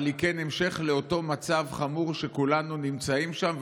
אבל היא כן המשך לאותו מצב חמור שכולנו נמצאים בו.